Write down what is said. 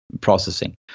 processing